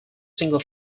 single